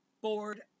board